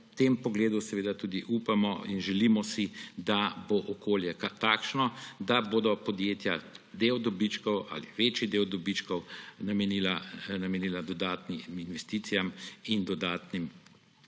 V tem pogledu seveda tudi upamo in si želimo, da bo okolje takšno, da bodo podjetja del dobičkov ali večji del dobičkov namenila dodatnim investicijam in s tem